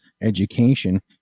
education